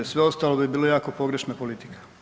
Sve ostalo bi bila jako pogrešna politika.